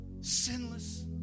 sinless